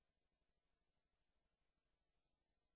לך, ואמרתי